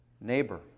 neighbor